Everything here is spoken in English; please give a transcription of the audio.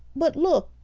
but look!